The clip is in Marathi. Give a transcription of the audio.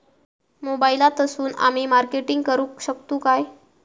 मोबाईलातसून आमी मार्केटिंग करूक शकतू काय?